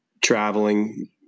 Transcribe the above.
traveling